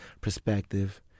perspective